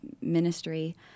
ministry